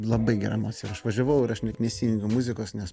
labai gera emocija ir aš važiavau ir aš net nesijungiau muzikos nes